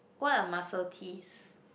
what a muscle Ts